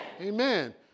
Amen